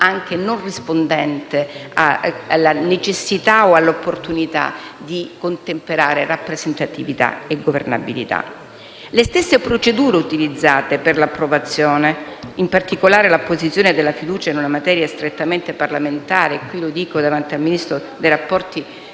non rispondente alla necessità o all'opportunità di contemperare rappresentatività e governabilità. Rispetto alle stesse procedure utilizzate per l'approvazione, in particolare l'apposizione della fiducia in una materia strettamente parlamentare - lo dico davanti al Ministro dei rapporti